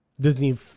Disney